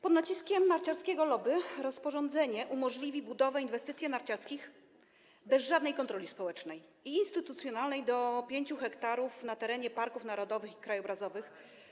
Pod naciskiem narciarskiego lobby rozporządzenie umożliwi budowę inwestycji narciarskich bez żadnej kontroli społecznej i instytucjonalnej do 5 ha na terenie parków narodowych i krajobrazowych.